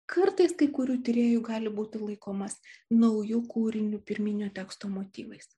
kartais kai kurių tyrėjų gali būti laikomas nauju kūriniu pirminio teksto motyvais